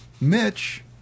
Mitch